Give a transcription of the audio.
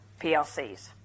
PLCs